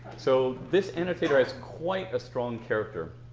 so, this annotator has quite a strong character.